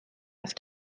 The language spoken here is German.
auf